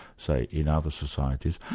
say, in other societies.